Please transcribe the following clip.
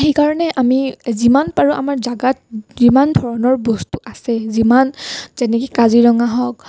সেইকাৰণে আমি যিমান পাৰোঁ আমাৰ জেগাত যিমান ধৰণৰ বস্তু আছে যিমান যেনেকৈ কাজিৰঙা হওক